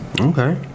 okay